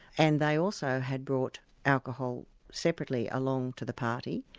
and they also had brought alcohol separately along to the party,